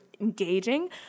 engaging